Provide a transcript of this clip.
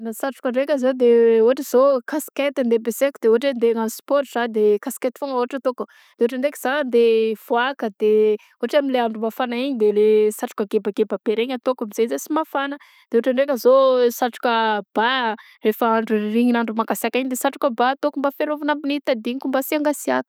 Satroka ndraika zao de ôhatra zao kaskety andeha ampesaiko de ôhatra hoe andeha agnano sport za de kaskety foagna ôhatra ataoko de ôhatra ndraiky za andeha ivaoaka de ôhatra amile andro mafagna igny de le satroka gebageba be regny ataoko amzay za sy mafagna de ôhatra ndraika zao satroka ba rehefa andro rirignina andro mangasiaka de satroba ataoko mba fiarovagna amin'ny tadigniko mba sy angasiaka.